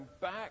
back